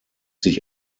sich